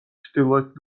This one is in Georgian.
ჩრდილოეთ